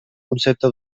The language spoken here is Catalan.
concepte